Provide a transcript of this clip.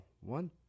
one